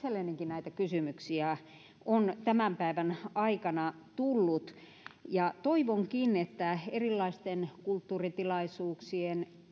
ja itsellenikin näitä kysymyksiä on tämän päivän aikana tullut toivonkin että erilaisten kulttuuritilaisuuksien